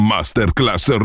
Masterclass